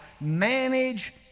Manage